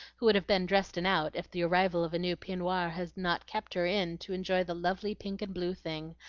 who would have been dressed and out if the arrival of a new peignoir had not kept her in to enjoy the lovely pink and blue thing,